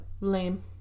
lame